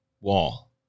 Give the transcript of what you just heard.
wall